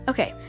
Okay